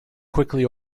quickly